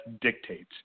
dictates